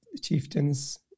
chieftains